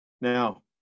Now